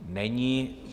Není.